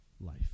life